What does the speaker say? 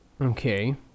Okay